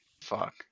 Fuck